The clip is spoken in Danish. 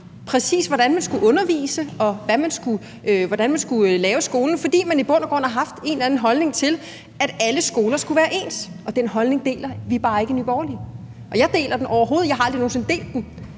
i, hvordan man præcis skulle undervise, og hvordan man skulle lave skolen, fordi de i bund og grund har haft en eller anden holdning om, at alle skoler skulle være ens. Og den holdning deler vi bare ikke i Nye Borgerlige, og jeg har aldrig nogen sinde delt den.